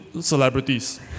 celebrities